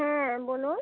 হ্যাঁ বলুন